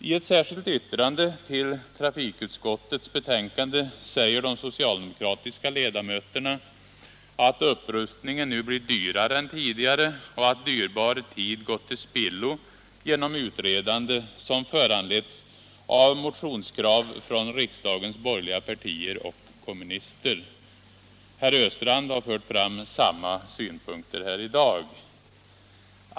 I ett särskilt yttrande till trafikutskottets betänkande säger de socialdemokratiska ledamöterna att upprustningen nu blir dyrare än tidigare och att dyrbar tid gått till spillo genom utredande som föranletts av motionskrav från riksdagens borgerliga partier och kommunister. Herr Östrand har fört fram samma synpunkter här i dag.